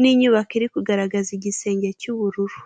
n'inyubaka irimo kugaragaza igisenge cy'ubururu.